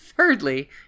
Thirdly